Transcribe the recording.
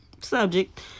subject